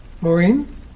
Maureen